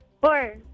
Four